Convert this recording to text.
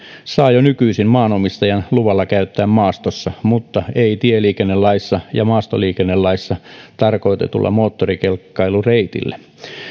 saa jo nykyisin maanomistajan luvalla käyttää maastossa mutta ei tieliikennelaissa ja maastoliikennelaissa tarkoitetulla moottorikelkkailureitillä